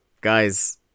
guys